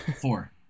Four